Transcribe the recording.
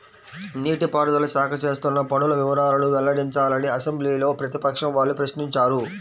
నీటి పారుదల శాఖ చేస్తున్న పనుల వివరాలను వెల్లడించాలని అసెంబ్లీలో ప్రతిపక్షం వాళ్ళు ప్రశ్నించారు